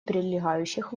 прилегающих